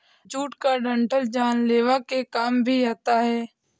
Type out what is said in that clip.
jute का डंठल जलावन के काम भी आता है